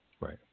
Right